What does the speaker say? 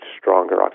stronger